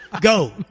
go